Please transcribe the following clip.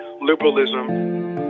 liberalism